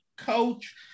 coach